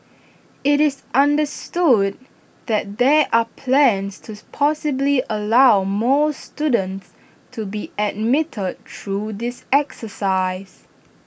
IT is understood that there are plans to possibly allow more students to be admitted through this exercise